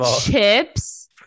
chips